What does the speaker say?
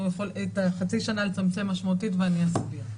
יכולים לצמצם את החצי שנה משמעותית ואני אסביר.